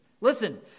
Listen